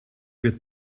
wird